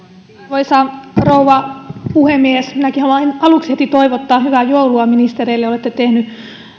arvoisa rouva puhemies minäkin haluan heti aluksi toivottaa hyvää joulua ministereille olette tehneet